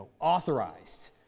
authorized